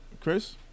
Chris